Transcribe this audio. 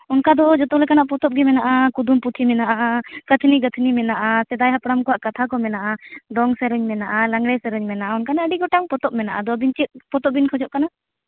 ᱚᱱᱠᱟ ᱫᱚ ᱡᱚᱛᱚ ᱞᱮᱠᱟᱱᱟᱜ ᱯᱚᱛᱚᱵ ᱜᱮ ᱢᱮᱱᱟᱜᱼᱟ ᱠᱩᱫᱩᱢ ᱯᱩᱛᱷᱟ ᱢᱮᱱᱟᱜᱼᱟ ᱠᱟᱹᱛᱷᱱᱤᱼᱜᱟᱹᱛᱷᱱᱤ ᱢᱮᱱᱟᱜᱼᱟ ᱥᱮᱫᱟᱭ ᱦᱟᱯᱲᱟᱢ ᱠᱚᱣᱟᱜ ᱠᱟᱛᱷᱟ ᱠᱚ ᱢᱮᱱᱟᱜᱼᱟ ᱫᱚᱝ ᱥᱮᱨᱮᱧ ᱢᱮᱱᱟᱜᱼᱟ ᱞᱟᱜᱽᱬᱮ ᱥᱮᱨᱮᱧ ᱢᱮᱱᱟᱜᱼᱟ ᱚᱱᱠᱟᱱᱟᱜ ᱟᱹᱰᱤ ᱜᱚᱴᱟᱝ ᱯᱚᱛᱚᱵᱽ ᱢᱮᱱᱟᱜᱼᱟ ᱟᱫᱚ ᱟᱹᱵᱤᱱ ᱪᱮᱫ ᱯᱚᱛᱚᱵ ᱵᱤᱱ ᱠᱷᱚᱡᱚᱜ ᱠᱟᱱᱟ